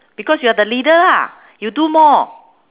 because you're the leader lah you do more